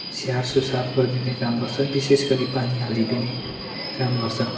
स्याहार सुसार गरिदिने काम गर्छ विशेष गरी पानी हालिदिने काम गर्छ